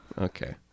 Okay